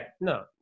No